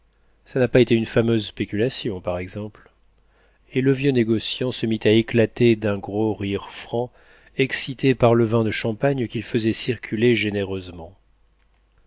ça n'a pas été une fameuse spéculation par exemple et le vieux négociant se mit à éclater d'un gros rire franc excité par le vin de champagne qu'il faisait circuler généreusement